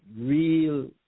real